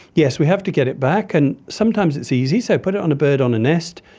yes, we have to get it back, and sometimes it's easy, so put it on a bird on a nest,